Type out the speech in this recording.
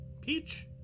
Peach